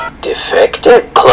Defective